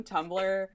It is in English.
Tumblr